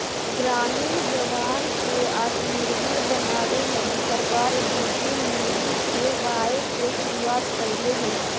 ग्रामीण जवान के आत्मनिर्भर बनावे लगी सरकार डी.डी.यू.जी.के.वाए के शुरुआत कैले हई